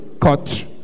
cut